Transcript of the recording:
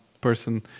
person